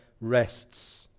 rests